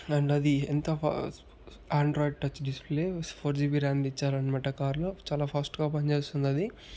and అది ఎంత Android touch display four G B ర్యామ్ది ఇచ్చారన్నమాట కారు లో చాలా ఫాస్ట్ గా పని చేస్తుందది